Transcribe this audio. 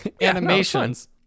Animations